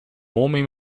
homem